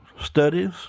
studies